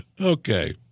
Okay